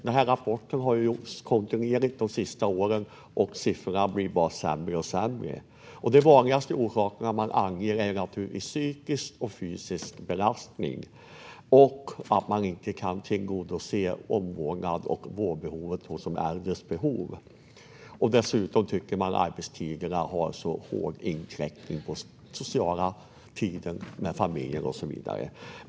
Denna rapport har gjorts kontinuerligt de senaste åren, och siffrorna blir bara sämre och sämre. De vanligaste orsakerna man anger är naturligtvis psykisk och fysisk belastning och att man inte kan tillgodose omvårdnads och vårdbehovet hos de äldre. Dessutom tycker man att arbetstiderna inkräktar för hårt på den sociala tiden med familjen och så vidare.